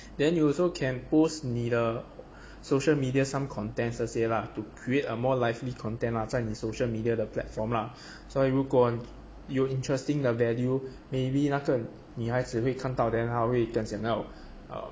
then you also can post 你的 social media some contents 这些 lah to create a more lively content lah 在你的 social media the platform lah 所以如果你你有 interesting 的 value maybe 那个女孩子会看到 then 她会更想到 err